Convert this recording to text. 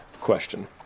question